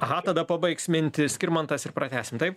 aha tada pabaigs mintį skirmantas ir pratęsim taip